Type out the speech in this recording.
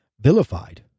vilified